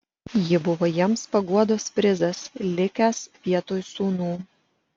ji buvo jiems paguodos prizas likęs vietoj sūnų